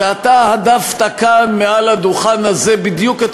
שאתה הדפת כאן מעל הדוכן הזה בדיוק את